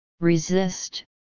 Resist